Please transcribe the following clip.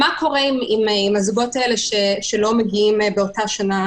מה קורה עם הזוגות שלא מגיעים באותה שנה